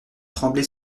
trembler